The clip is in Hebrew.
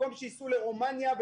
במקום שייסעו לרומניה,